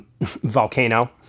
Volcano